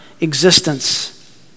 existence